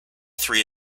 three